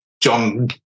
John